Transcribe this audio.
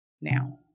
now